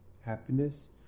Happiness